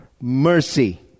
mercy